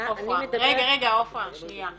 אני מדברת -- רגע, עפרה, שנייה.